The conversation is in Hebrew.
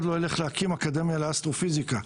לא ילך להקים אקדמיה לאסטרופיזיקה.